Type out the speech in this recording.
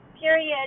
period